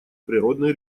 природные